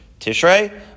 Tishrei